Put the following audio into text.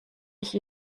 ich